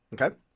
Okay